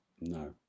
No